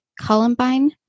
Columbine